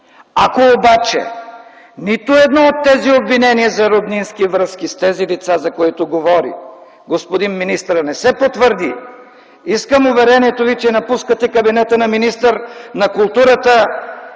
Ако обаче нито едно от тези обвинения за роднински връзки с тези лица, за които говори господин министърът, не се потвърди, искам уверението Ви, че напускате кабинета на министър на културата,